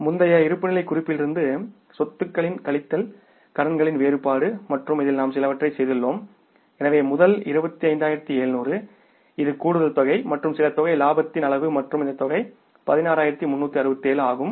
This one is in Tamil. முந்தைய இருப்புநிலைக் குறிப்பிலிருந்து சொத்துக்களை கழித்து கடன்களின் வேறுபாடு மற்றும் இதில் நாம் சிலவற்றைச் செய்துள்ளோம் எனவே முதல் 25700 இது கூடுதல் தொகை மற்றும் லாபத்தின் அளவு மற்றும் 16367 ஆகும்